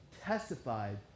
testified